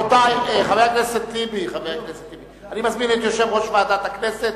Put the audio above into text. אני מזמין את יושב-ראש ועדת הכנסת,